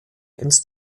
ins